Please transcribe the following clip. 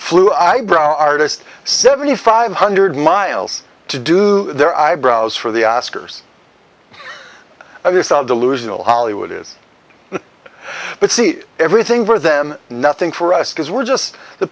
flew eyebrow artist seventy five hundred miles to do their eyebrows for the oscars and the delusional ollywood is the but see everything for them nothing for us because we're just the